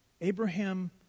Abraham